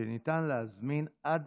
היא שניתן להזמין עד